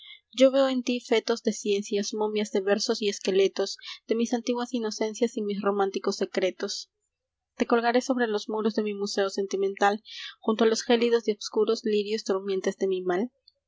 yo veo en ti fetos de ciencias momias de versos y esqueletos de mis antiguas inocencias y mis románticos secretos te colgaré sobre los muros de mi museo sentimental junto a los gélidos y obscuros lirios durmientes de